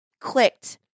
clicked